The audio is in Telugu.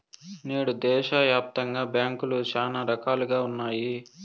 నేడు దేశాయాప్తంగా బ్యాంకులు శానా రకాలుగా ఉన్నాయి